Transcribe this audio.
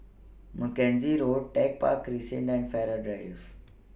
Mackenzie Road Tech Park Crescent and Farrer Drive